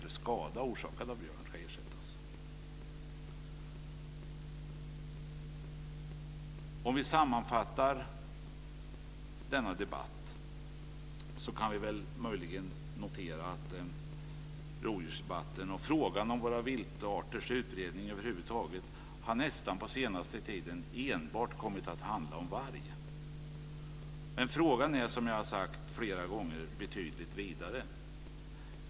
För att sammanfatta denna debatt kan vi möjligen notera att rovdjursdebatten och frågan om våra viltarters utbredning över huvud taget den senaste tiden nästan enbart kommit att handla om varg. Frågan är, som jag sagt flera gånger, betydligt vidare.